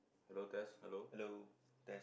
hello test hello